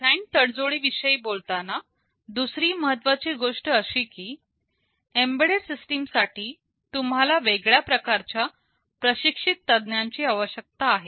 design तडजोड विषयी बोलताना दुसरी महत्त्वाची गोष्ट अशी की एम्बेडेड सिस्टीम साठी तुम्हाला वेगळ्या प्रकारच्या प्रशिक्षित तज्ञांची आवश्यकता आहे